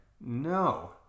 no